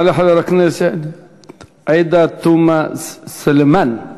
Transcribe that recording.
תעלה חברת הכנסת עאידה תומא סלימאן,